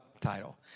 title